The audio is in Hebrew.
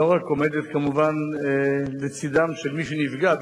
ולא רק עומדים כמובן לצדם של מי שנפגעו,